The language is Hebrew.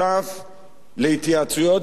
להתייעצויות ולעדכונים,